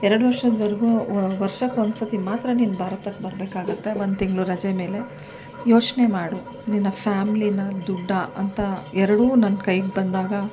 ಎರಡು ವರ್ಷದವರೆಗೂ ವರ್ಷಕ್ಕೊಂದು ಸರ್ತಿ ಮಾತ್ರ ನೀನು ಭಾರತಕ್ಕೆ ಬರಬೇಕಾಗುತ್ತೆ ಒಂದು ತಿಂಗಳು ರಜೆ ಮೇಲೆ ಯೋಚನೆ ಮಾಡು ನಿನ್ನ ಫ್ಯಾಮ್ಲಿನ ದುಡ್ಡಾ ಅಂತ ಎರಡೂ ನನ್ನ ಕೈಗೆ ಬಂದಾಗ